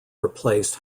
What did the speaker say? replaced